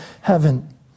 heaven